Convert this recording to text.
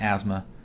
asthma